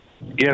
Yes